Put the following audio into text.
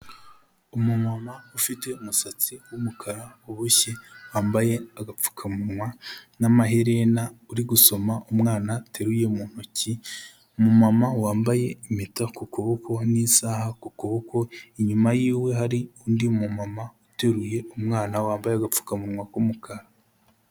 Umumama ufite umusatsi w'umukara uboshye, wambaye agapfukamunwa n'amaherena, uri gusoma umwana ateruye mu ntoki, umumama wambaye impeta ku kuboko n'isaha ku kuboko, inyuma yiwe hari undi mu mumama uteruye umwana, wambaye agapfukamunwa k'umukara.